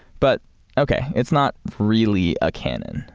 but okay, it's not really a cannon,